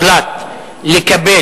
הוחלט לקבל,